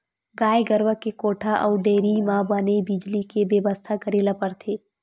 गाय गरूवा के कोठा अउ डेयरी म बने बिजली के बेवस्था करे ल परथे